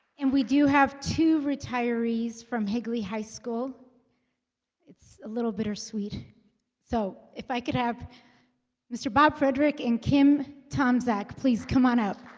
and we do have two retirees from higley high school it's a little bittersweet so if i could have mr. bob fredrick and kim tomczak. please come on up